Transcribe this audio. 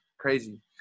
Crazy